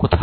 কোথায়